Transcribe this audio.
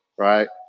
right